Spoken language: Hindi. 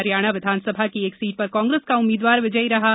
हरियाणा विधानसभा की एक सीट पर कांग्रेस का उम्मीदवार विजयी रहा है